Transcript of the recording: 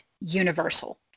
universal